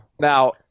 Now –